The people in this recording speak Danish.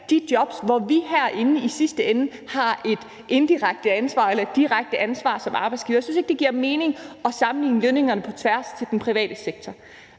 de jobs, hvor vi herinde i sidste ende har et indirekte ansvar eller et direkte ansvar som arbejdsgiver. Jeg synes ikke, det giver mening at sammenligne lønningerne på tværs, altså med den private sektor,